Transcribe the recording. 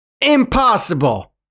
Impossible